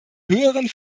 höheren